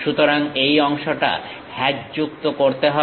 সুতরাং এই অংশটা হ্যাচযুক্ত করতে হবে